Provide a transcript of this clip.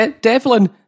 Devlin